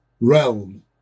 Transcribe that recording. realm